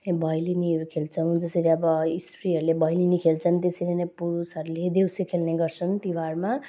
भैलेनीहरू खेल्छौँ जसरी अब स्त्रीहरूले भैलेनी खेल्छन् त्यसरी नै पुरुषहरूले देउसे खेल्ने गर्छन् तिहारमा